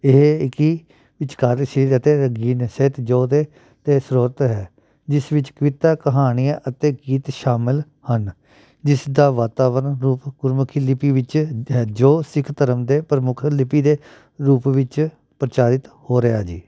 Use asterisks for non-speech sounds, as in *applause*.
ਇਹ ਕਿ ਵਿਚਾਰਸ਼ੀਲ ਅਤੇ ਰੰਗੀਨ ਸਾਹਿਤ *unintelligible* ਅਤੇ ਸਰੋਤ ਹੈ ਜਿਸ ਵਿੱਚ ਕਵਿਤਾ ਕਹਾਣੀਆਂ ਅਤੇ ਗੀਤ ਸ਼ਾਮਿਲ ਹਨ ਜਿਸਦਾ ਵਾਤਾਵਰਨ ਰੂਪ ਗੁਰਮੁਖੀ ਲਿਪੀ ਵਿੱਚ ਹੈ ਜੋ ਸਿੱਖ ਧਰਮ ਦੇ ਪ੍ਰਮੁੱਖ ਲਿਪੀ ਦੇ ਰੂਪ ਵਿੱਚ ਪ੍ਰਚਾਰਿਤ ਹੋ ਰਿਹਾ ਜੀ